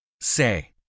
Say